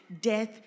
death